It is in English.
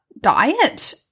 diet